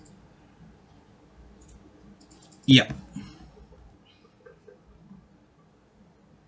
yup